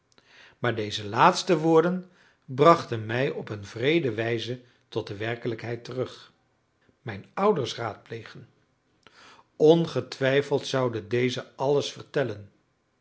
maar deze laatste woorden brachten mij op een wreede wijze tot de werkelijkheid terug mijn ouders raadplegen ongetwijfeld zouden deze alles vertellen